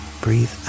Breathe